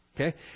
Okay